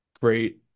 Great